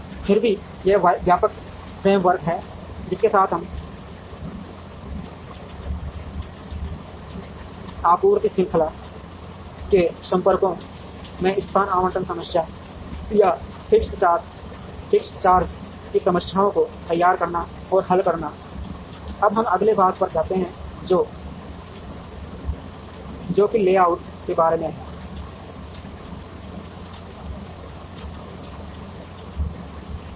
फिर भी यह व्यापक फ्रेम वर्क है जिसके साथ हम हैं आपूर्ति श्रृंखला के संपर्कों में स्थान आवंटन समस्याओं या फिक्स्ड चार्ज की समस्याओं को तैयार करना और हल करना अब हम अगले भाग पर जाते हैं जो कि लेआउट के बारे में है